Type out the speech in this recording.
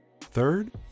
Third